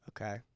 Okay